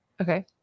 Okay